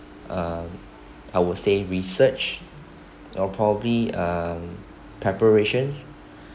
uh I would say research or probably uh preparations